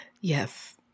Yes